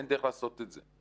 אין דרך לעשות את זה.